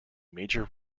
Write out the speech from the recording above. major